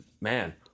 man